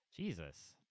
Jesus